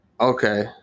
Okay